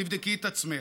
תבדקי את עצמך.